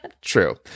true